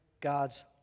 God's